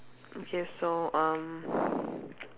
okay so um